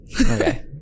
Okay